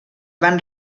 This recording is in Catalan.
van